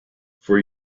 for